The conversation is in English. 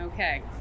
Okay